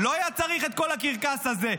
לא היה צריך את כל הקרקס הזה.